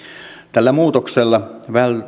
tällä muutoksella